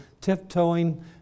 tiptoeing